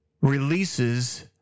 releases